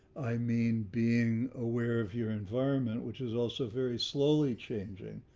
i mean, being aware of your environment, which is also very slowly changing.